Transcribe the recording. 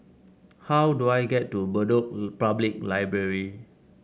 how do I get to Bedok Public Library